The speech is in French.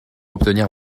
obtenir